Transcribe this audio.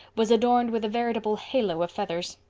was adorned with a veritable halo of feathers.